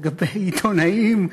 ולגבי עיתונאים,